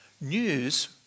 News